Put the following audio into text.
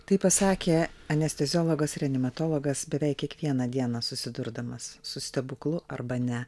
tai pasakė anesteziologas reanimatologas beveik kiekvieną dieną susidurdamas su stebuklu arba ne